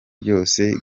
ryose